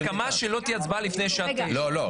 הסכמה שלא תהיה הצבעה לפני שעה 09:00. לא, לא.